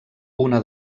una